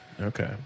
okay